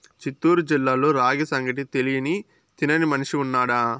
చిత్తూరు జిల్లాలో రాగి సంగటి తెలియని తినని మనిషి ఉన్నాడా